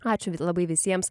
ačiū labai visiems